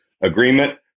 agreement